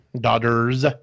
daughter's